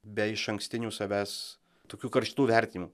be išankstinių savęs tokių karštų vertinimų